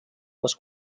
les